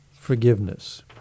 Forgiveness